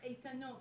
איתנות.